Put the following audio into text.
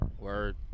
Word